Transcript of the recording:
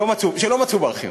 שלא מצאו.